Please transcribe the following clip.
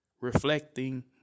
reflecting